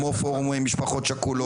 כמו פורום משפחות שכולות,